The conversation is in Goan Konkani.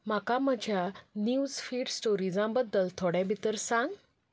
म्हाका म्हज्या निव्ज फिड्स स्टोरिजां बद्दल थोडे भितर सांग